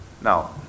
Now